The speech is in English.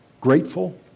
grateful